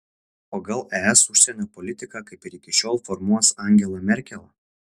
o gal es užsienio politiką kaip ir iki šiol formuos angela merkel